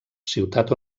ciutat